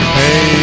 hey